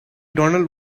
donald